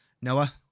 noah